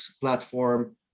platform